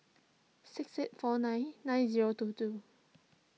six eight four nine nine zero two two